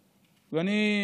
ומשמאל.